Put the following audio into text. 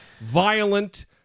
violent